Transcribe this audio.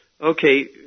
Okay